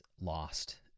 lost